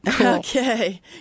Okay